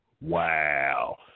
Wow